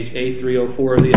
a three or four of the se